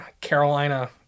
Carolina